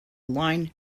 line